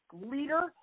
leader